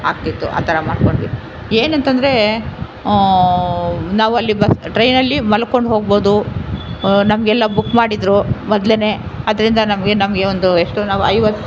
ಆಗ್ತಿತ್ತು ಆ ಥರ ಮಾಡ್ಕೊಂಡ್ವಿ ಏನಂತ ಅಂದ್ರೆ ನಾವು ಅಲ್ಲಿ ಬಸ್ ಟ್ರೈನಲ್ಲಿ ಮಲ್ಕೊಂಡು ಹೋಗ್ಬೋದು ನಮಗೆಲ್ಲ ಬುಕ್ ಮಾಡಿದ್ದರು ಮೊದಲೇನೆ ಅದ್ದರಿಂದ ನಮಗೆ ನಮಗೆ ಒಂದು ಎಷ್ಟೋ ನಾವು ಐವ